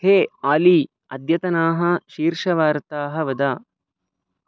हे आली अद्यतनाः शीर्षवार्ताः वद